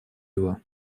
его